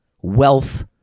wealth